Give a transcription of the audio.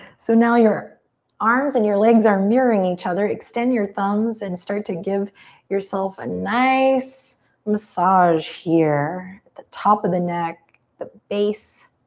so now your arms and your legs are mirroring each other here. extend your thumbs and start to give yourself a nice massage here at the top of the neck, the base